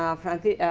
um francisco